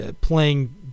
playing